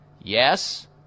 Yes